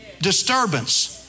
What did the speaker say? disturbance